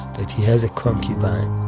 that he has a concubine